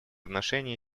отношений